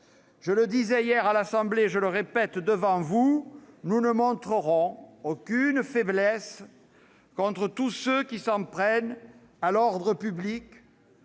Je le disais hier à l'Assemblée nationale et je le répète devant vous ce matin : nous ne montrerons aucune faiblesse contre tous ceux qui s'en prennent à l'ordre public,